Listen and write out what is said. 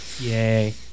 Yay